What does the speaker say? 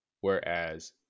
Whereas